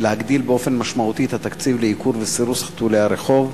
להגדיל באופן משמעותי את התקציב לעיקור ולסירוס של חתולי הרחוב.